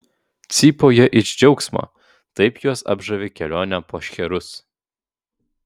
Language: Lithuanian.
cypauja iš džiaugsmo taip juos apžavi kelionė po šcherus